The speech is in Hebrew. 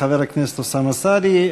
תודה.) תודה לחבר הכנסת אוסאמה סעדי.